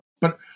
But-